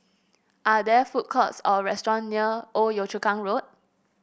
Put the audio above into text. are there food courts or restaurant near Old Yio Chu Kang Road